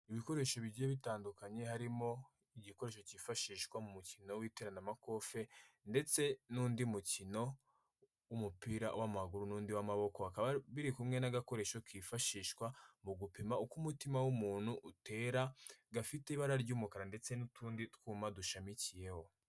Ibikoresho bigiye bitandukanye harimo igikoresho cyifashishwa mu mukino w'iteramakofe ndetse n'undi mukino w'umupira w'amaguru n'undi w'amaboko, hakaba biri kumwe n'akoresho kifashishwa mu gupima uko umutima w'umuntu utera, gafite ibara ry'umukara ndetse n'utundi twuma dushamikiyeho.